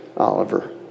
Oliver